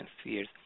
spheres